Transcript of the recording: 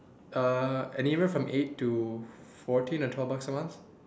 uh anywhere from eight to fourteen or twelve bucks a month